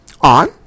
on